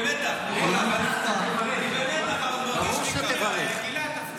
כולם, דיברתם על כל מיני שותפים, לפיד, גנץ.